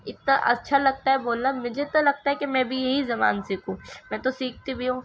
اتا اچھا لگتا ہے بولنا مجھے تو لگتا ہے کہ میں بھی یہی زبان سیکھوں میں تو سیکھتی بھی ہوں